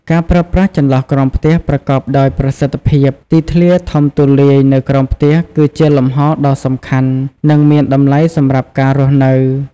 ការប្រើប្រាស់ចន្លោះក្រោមផ្ទះប្រកបដោយប្រសិទ្ធភាព ទីធ្លាធំទូលាយនៅក្រោមផ្ទះគឺជាលំហដ៏សំខាន់ និងមានតម្លៃសម្រាប់ការរស់នៅ ។